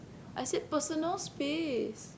I said personal space